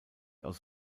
aus